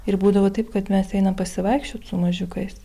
ir būdavo taip kad mes einam pasivaikščiot su mažiukais